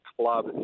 club